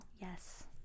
Yes